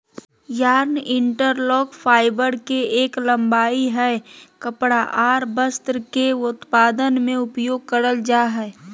yarn interlock, fibre के एक लंबाई हय कपड़ा आर वस्त्र के उत्पादन में उपयोग करल जा हय